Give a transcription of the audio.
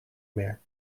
meer